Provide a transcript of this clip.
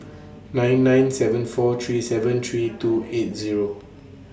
nine nine seven four three seven three two eight Zero